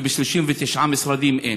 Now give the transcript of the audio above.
וב-39 משרדים אין.